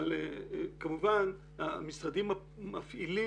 כמובן המשרדים המפעילים,